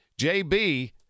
JB